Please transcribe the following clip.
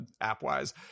app-wise